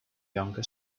younger